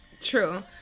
True